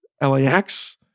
LAX